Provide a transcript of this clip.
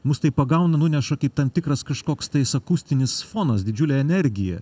mus tai pagauna nuneša kaip tam tikras kažkoks tais akustinis fonas didžiulė energija